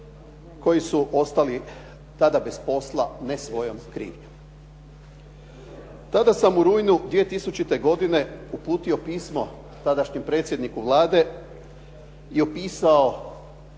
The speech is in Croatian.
koji su ostali tada bez posla ne svojom krivnjom. Tada sam u rujnu 2000. godine uputio pismo tadašnjem predsjedniku Vlade i opisao